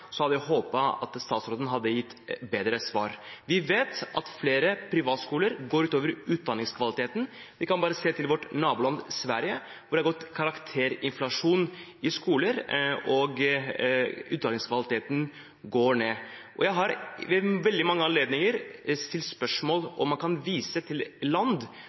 hadde jeg håpet at statsråden hadde gitt bedre svar. Vi vet at flere privatskoler går ut over utdanningskvaliteten. Vi kan bare se til vårt naboland Sverige, hvor det har gått karakterinflasjon i skoler, og utdanningskvaliteten går ned. Jeg har ved veldig mange anledninger stilt spørsmål om man kan vise til land